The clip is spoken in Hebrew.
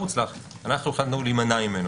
החלטנו להימנע ממנו.